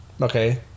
Okay